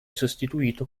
sostituito